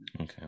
Okay